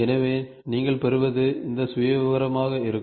எனவே நீங்கள் பெறுவது இந்த சுயவிவரமாக இருக்கும்